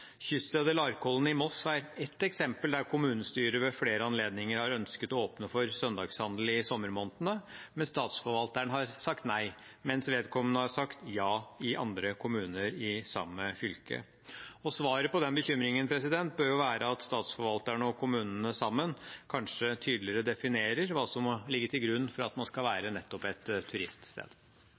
Larkollen i Moss er et eksempel der kommunestyret ved flere anledninger har ønsket å åpne for søndagshandel i sommermånedene. Men statsforvalteren har sagt nei, mens vedkommende har sagt ja i andre kommuner i samme fylke. Svaret på den bekymringen bør jo være at statsforvalterne og kommunene sammen kanskje tydeligere definerer hva som må ligge til grunn for at man skal være nettopp et turiststed.